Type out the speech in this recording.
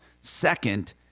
Second